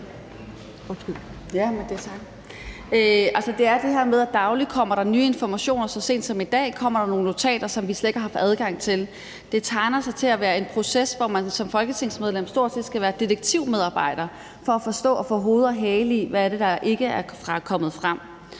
har været fremme. Der kommer dagligt flere, og så sent som i dag kommer der nogle notater, som vi slet ikke har haft adgang til. Det tegner til at være en proces, hvor man som folketingsmedlem stort set skal være detektivmedarbejder for at forstå og få hoved og hale i, hvad det er, der ikke er kommet frem.